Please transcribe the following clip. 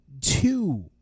two